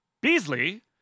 Beasley